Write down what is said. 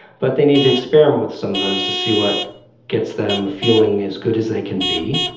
but they need to experiment with some of those to see what gets them feeling as good as they can be.